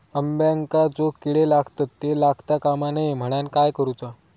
अंब्यांका जो किडे लागतत ते लागता कमा नये म्हनाण काय करूचा?